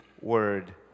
Word